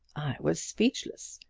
was speechless.